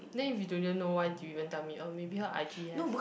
then if you didn't know why did you even tell me uh maybe her i_g have